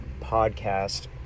podcast